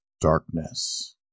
darkness